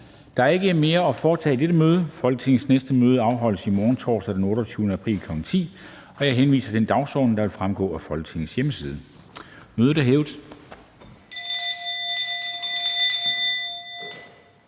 Der er ikke mere at foretage i dette møde. Folketingets næste møde afholdes i morgen, torsdag den 28. april 2022, kl. 10.00. Jeg henviser til den dagsorden, der vil fremgå af Folketingets hjemmeside. Mødet er hævet.